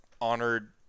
honored